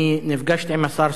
אני נפגשתי עם השר,